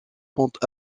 pentes